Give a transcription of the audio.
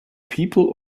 people